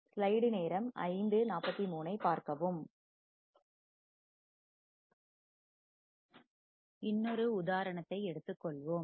862 ms இன்னொரு உதாரணத்தை எடுத்துக் கொள்வோம்